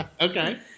Okay